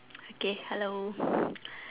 okay hello